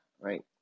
Right